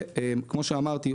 וכמו שאמרתי,